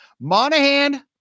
Monahan